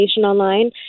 online